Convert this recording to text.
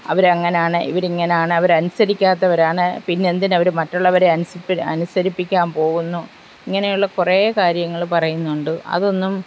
അവർ അങ്ങനെയാണ് ഇവർ ഇങ്ങനെയാണ് അവർ അനുസരിക്കാത്തവരാണ് പിന്നെന്തിന് അവർ മറ്റുള്ളവരെ അനുസ് അനുസരിപ്പിക്കാൻ പോകുന്നു ഇങ്ങനെയുള്ള കുറേ കാര്യങ്ങൾ പറയുന്നുണ്ട് അതൊന്നും